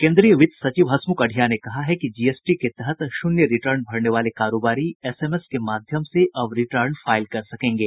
केंदीय वित्त सचिव हसमुख अढ़िया ने कहा है कि जीएसटी के तहत शून्य रिटर्न भरने वाले कारोबारी एसएमएस के माध्यम से अब रिटर्न फाइल कर सकेंगे